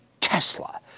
Tesla